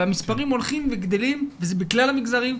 והמספרים הולכים וגדלים וזה בכלל המגזרים,